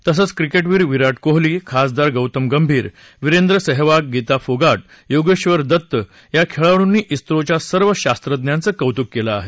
तसंच क्रिकेटवीर विराट कोहली खासदार गौतम गंभीर वीरेंद्र सेहवाग गीता फोगट योगेश्वर दत्त या खेळाडूंनी झोच्या सर्व शास्त्रज्ञांचं कौतुक केलं आहे